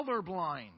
colorblind